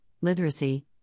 literacy